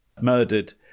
murdered